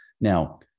Now